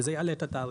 שזה יעלה את התעריפים.